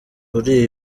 kuri